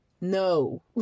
No